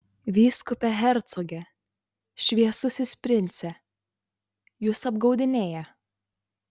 vyskupe hercoge šviesusis prince jus apgaudinėja